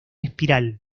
espiral